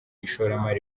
ishoramari